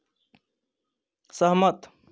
सहमत